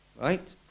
right